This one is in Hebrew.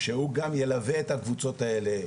שהוא גם ילווה את הקבוצות האלה.